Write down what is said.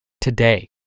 Today